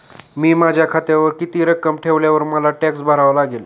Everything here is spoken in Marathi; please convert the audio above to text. मी माझ्या खात्यात किती रक्कम ठेवल्यावर मला टॅक्स भरावा लागेल?